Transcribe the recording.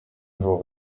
vaut